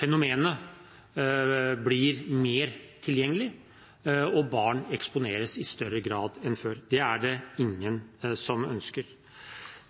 fenomenet blir mer tilgjengelig. Barn eksponeres i større grad enn før. Det er det ingen som ønsker.